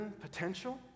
potential